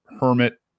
hermit